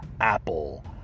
apple